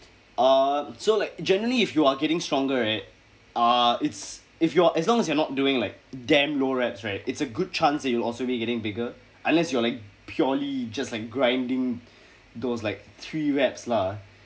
ah so like generally if you are getting stronger right ah it's if you're as long as you're not doing like damn low reps right it's a good chance that you will also be getting bigger unless you are like purely just like grinding those like three reps lah